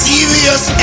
Serious